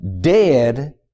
dead